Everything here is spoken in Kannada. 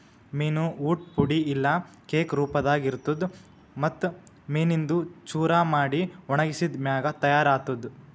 ಮೀನು ಊಟ್ ಪುಡಿ ಇಲ್ಲಾ ಕೇಕ್ ರೂಪದಾಗ್ ಇರ್ತುದ್ ಮತ್ತ್ ಮೀನಿಂದು ಚೂರ ಮಾಡಿ ಒಣಗಿಸಿದ್ ಮ್ಯಾಗ ತೈಯಾರ್ ಆತ್ತುದ್